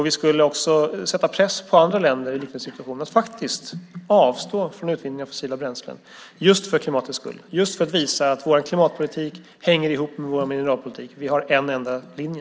Vi skulle också sätta press på andra länder i liknande situationer och faktiskt avstå från utvinning av fossila bränslen just för klimatets skull och visa att vår klimatpolitik hänger ihop med vår mineralpolitik. Vi har en enda linje.